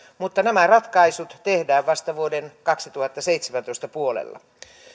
mutta nämä ratkaisut tehdään vasta vuoden kaksituhattaseitsemäntoista puolella